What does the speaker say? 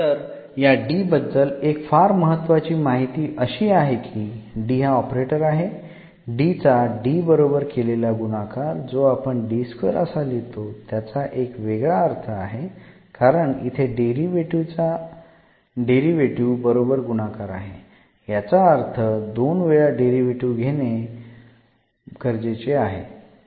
तर या D बद्दल एक फार महत्वाची माहिती अशी आहे की D हा ऑपरेटर आहे D चा D बरोबर केलेला गुणाकार जो आपण असा लिहितो त्याचा एक वेगळा अर्थ आहे कारण इथे डेरीवेटीव्ह चा डेरीवेटीव्ह बरोबर गुणाकार आहे याचा अर्थ दोन वेळा डेरीवेटीव्ह घेणे गरजेचे आहे